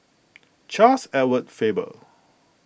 Charles Edward Faber